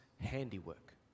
handiwork